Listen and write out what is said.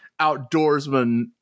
outdoorsman